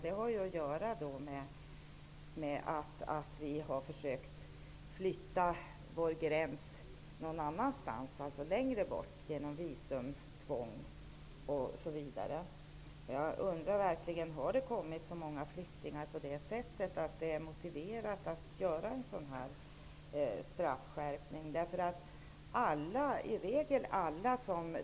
Det har att göra med att vi har försökt flytta vår gräns längre bort genom visumtvång. Jag undrar verkligen om det har kommit så många flyktingar på det sättet att det är motiverat att göra en sådan här straffskärpning.